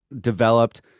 developed